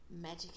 magic